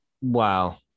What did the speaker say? Wow